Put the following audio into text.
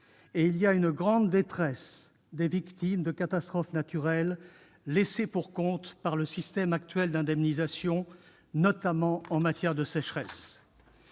observe une grande détresse des victimes de catastrophes naturelles, laissées pour compte par le système actuel d'indemnisation- c'est notamment le cas pour les sécheresses.